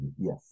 Yes